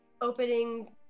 opening